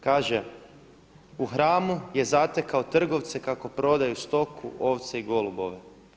Kaže: „U hramu je zatekao trgovce kako prodaju stoku, ovce i golubove.